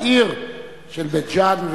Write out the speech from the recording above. בעיר בית-ג'ן,